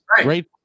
great